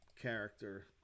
character